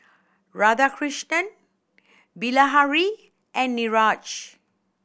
Radhakrishnan Bilahari and Niraj